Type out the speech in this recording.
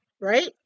right